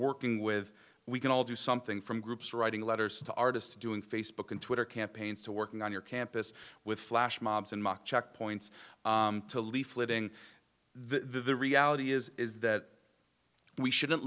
working with we can all do something from groups writing letters to artists doing facebook and twitter campaigns to working on your campus with flash mobs and mock checkpoints to leafleting the reality is is that we shouldn't